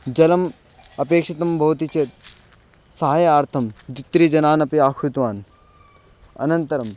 जलम् अपेक्षितं भवति चेत् साहाय्यार्थं द्वित्रिजनान् अपि आहूतवान् अनन्तरं